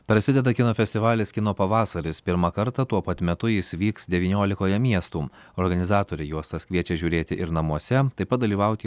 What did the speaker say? prasideda kino festivalis kino pavasaris pirmą kartą tuo pat metu jis vyks devyniolikoje miestų organizatoriai juostas kviečia žiūrėti ir namuose taip pat dalyvauti